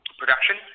production